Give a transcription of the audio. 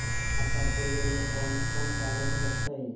खाता खोले ले कौन कौन कागज लगतै?